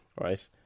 Right